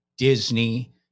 Disney